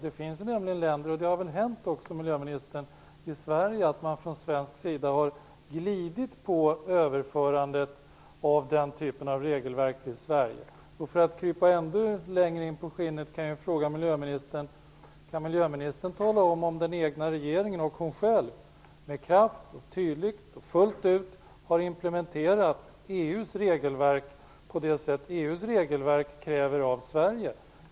Det förekommer nämligen i olika länder och det har väl också hänt i Sverige, miljöministern, att man har glidit på överförandet av den typen av regelverk till det egna landet. För att krypa miljöministern ännu närmare in på skinnet kan jag fråga miljöministern om hon kan tala om huruvida den egna regeringen och hon själv med kraft, tydligt och fullt ut har implementerat EU:s regelverk på det sätt som detta kräver av Sverige?